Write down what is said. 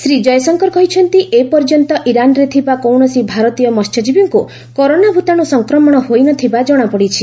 ଶ୍ରୀ ଜୟଶଙ୍କର କହିଛନ୍ତି ଏ ପର୍ଯ୍ୟନ୍ତ ଇରାନରେ ଥିବା କୌଶସି ଭାରତୀୟ ମସ୍ୟଜୀବୀଙ୍କୁ କରୋନା ଭୂତାଣୁ ସଫକ୍ରମଣ ହୋଇନଥିବା କଣାପଡ଼ିଛି